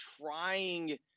trying